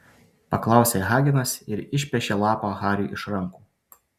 paklausė hagenas ir išpešė lapą hariui iš rankų